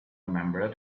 remember